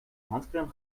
handcrème